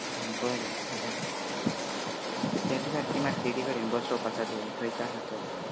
आनी बरें जालें केंपे सारकें कडेन बस स्टॉप आसा थंय थंयच आसा शॉप